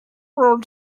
world